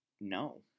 No